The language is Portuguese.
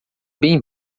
bem